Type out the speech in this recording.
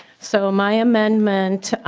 so my amendment